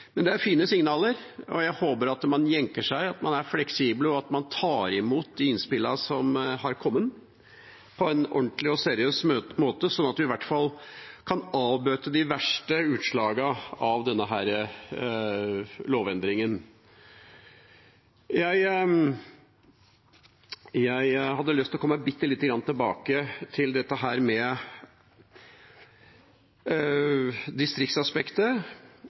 Men det er fine signaler, og jeg håper at man jenker seg, at man er fleksible, og at man tar imot de innspillene som har kommet, på en ordentlig og seriøs måte, slik at vi i hvert fall kan avbøte de verste utslagene av denne lovendringen. Jeg hadde lyst til å komme bitte lite grann tilbake til distriktaspektet i dette.